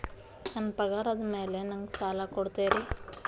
ನನ್ನ ಪಗಾರದ್ ಮೇಲೆ ನಂಗ ಸಾಲ ಕೊಡ್ತೇರಿ?